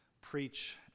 preach